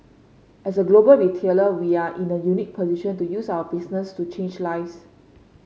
as a global retailer we are in a unique position to use our business to change lives